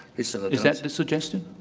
is is that the suggestion?